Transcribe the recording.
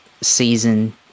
season